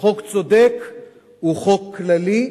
חוק צודק הוא חוק כללי.